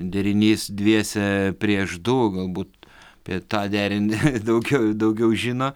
derinys dviese prieš du galbūt apie tą derinį daugiau daugiau žino